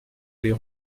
aller